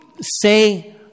say